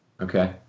Okay